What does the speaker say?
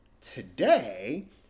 Today